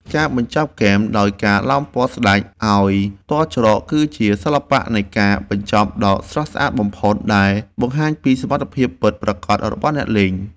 ការបញ្ចប់ហ្គេមដោយការឡោមព័ទ្ធស្តេចឱ្យទាល់ច្រកគឺជាសិល្បៈនៃការបញ្ចប់ដ៏ស្រស់ស្អាតបំផុតដែលបង្ហាញពីសមត្ថភាពពិតប្រាកដរបស់អ្នកលេង។